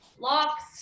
locks